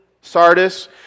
Sardis